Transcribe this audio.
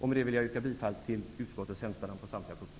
Med detta yrkar jag bifall till utskottets hemställan på samtliga punkter.